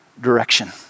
direction